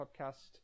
podcast